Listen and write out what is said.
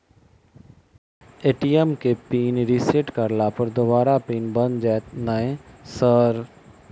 ATM केँ pin reset करला पर दोबारा पिन बन जाइत नै सर?